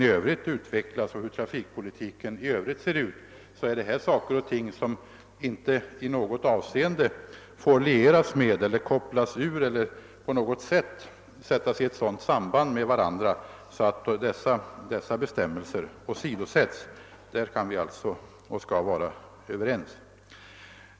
Oavseit hur trafikpolitiken i Öövrigt ser ut får den aldrig leda till att dessa bestämmelser åsidosätts. På den punkten kan vi alltså vara överens.